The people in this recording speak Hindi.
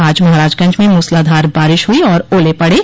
आज महराजगंज में मूसलाधार बारिश हुई और ओले पड़े